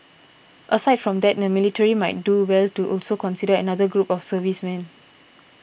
aside from that the military might do well to also consider another group of servicemen